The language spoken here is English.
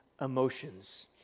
emotions